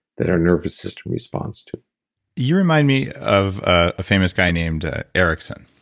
that our nervous system responds to you remind me of a famous guy named erickson,